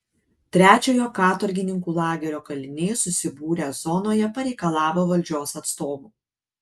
trečiojo katorgininkų lagerio kaliniai susibūrę zonoje pareikalavo valdžios atstovų